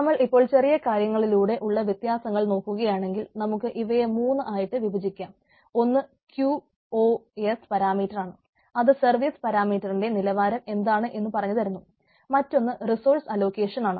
നമ്മൾ ഇപ്പോൾ ചെറിയ കാര്യങ്ങളിലൂടെ ഉള്ള വ്യത്യാസങ്ങൾ നോക്കുകയാണെങ്കിൽ നമുക്ക് ഇവയെ മൂന്ന് ആയിട്ട് വിഭജിക്കാം ഒന്ന് ക്യു ഓ എസ് പരാമീറ്റർ ആണ്